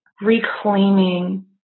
reclaiming